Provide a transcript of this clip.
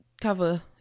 cover